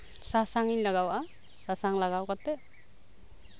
ᱥᱟᱥᱟᱝ ᱤᱧ ᱞᱟᱜᱟᱣ ᱟᱜᱼᱟ ᱥᱟᱥᱟᱝ ᱞᱟᱜᱟᱣ ᱠᱟᱛᱮᱜ